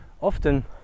often